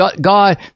God